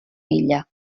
illa